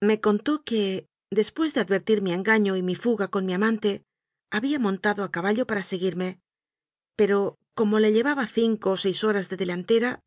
me contó que después de advertir mi engaño y mi fuga con mi amante había mon tado a caballo para seguirme pero como le lleva ba cinco o seis horas de delantera